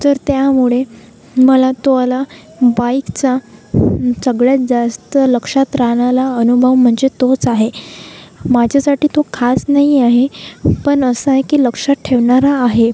तर त्यामुळे मला तोवाला बाइकचा सगळ्यात जास्त लक्षात राहणारा अनुभव म्हणजे तोच आहे माझ्यासाठी तो खास नाही आहे पण असा आहे की लक्षात ठेवणारा आहे